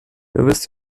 wisst